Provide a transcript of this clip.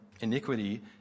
iniquity